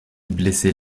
blessait